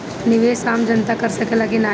निवेस आम जनता कर सकेला की नाहीं?